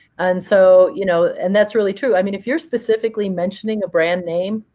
and so you know and that's really true. i mean, if you're specifically mentioning a brand name,